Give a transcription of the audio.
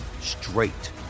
straight